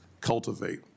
cultivate